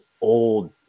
old